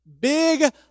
big